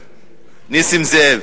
העניים נעשים יותר עניים,